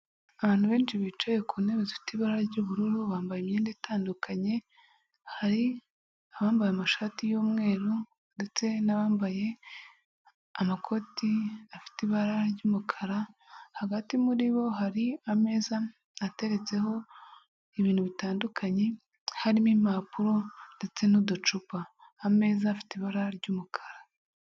Abantu benshi bicaye ku ntebe zifite ibara ry'ubururu, bambaye imyenda itandukanye, hari abambaye amashati y'umweru ndetse n'abambaye amakoti afite ibara ry'umukara, hagati muri bo hari ameza ateretseho ibintu bitandukanye, harimo impapuro ndetse n'uducupa, ameza afite ibara ry'umukara.